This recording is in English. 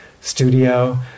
studio